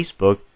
Facebook